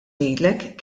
ngħidlek